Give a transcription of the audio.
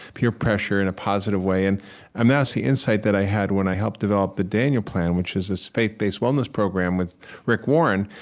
peer pressure in a positive way, and um that's the insight that i had when i helped develop the daniel plan, which is this faith-based wellness program with rick warren,